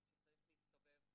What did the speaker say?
שצריך להסתובב,